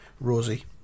Rosie